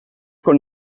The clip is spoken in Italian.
col